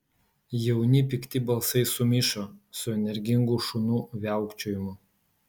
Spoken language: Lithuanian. jauni pikti balsai sumišo su energingu šunų viaukčiojimu